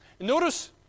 Notice